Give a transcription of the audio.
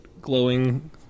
glowing